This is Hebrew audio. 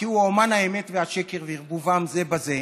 כי הוא אומן האמת והשקר וערבובם זה בזה.